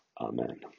Amen